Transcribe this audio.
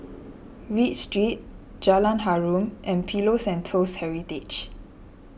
Read Street Jalan Harum and Pillows and Toast Heritage